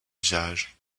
usage